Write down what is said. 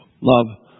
love